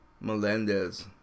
Melendez